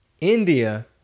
India